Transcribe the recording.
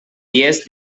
diez